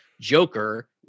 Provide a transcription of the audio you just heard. Joker